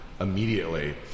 immediately